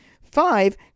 Five